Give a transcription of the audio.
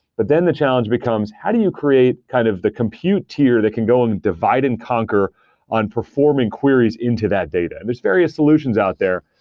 but then the challenge becomes how do you create kind of the compute tier that can go and divide and conquer on performing queries into that data? there're various solutions out there,